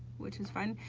which is fun.